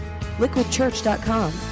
Liquidchurch.com